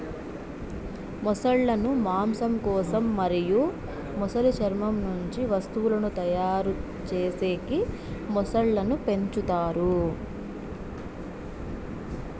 మొసళ్ళ ను మాంసం కోసం మరియు మొసలి చర్మం నుంచి వస్తువులను తయారు చేసేకి మొసళ్ళను పెంచుతారు